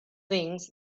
things